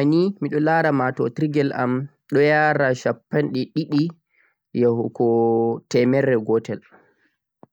Haa nyaloma nii miɗon laara matotirgel am ɗon yara shappanɗe ɗiɗi yahugo temerre gotel